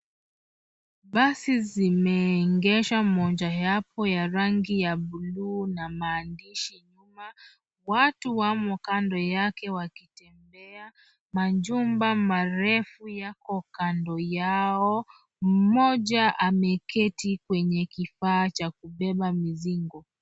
Basi zimeegeshwa mojayapo ya rangi ya buluu na maandishi nyuma watu wamo kando yake wakitembea majumba marefu yako kando yao mmoja ameketi kwenye kifaa cha kubeba mizigo.